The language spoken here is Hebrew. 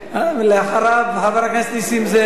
אחריו, חבר הכנסת נסים זאב.